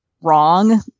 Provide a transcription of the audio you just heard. wrong